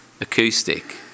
acoustic